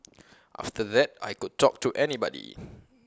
after that I could talk to anybody